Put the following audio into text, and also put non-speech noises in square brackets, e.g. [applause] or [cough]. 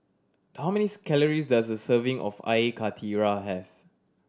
how manys calories does a serving of [unintelligible] karthira have